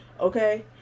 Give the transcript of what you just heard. Okay